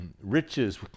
riches